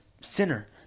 sinner